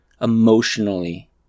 emotionally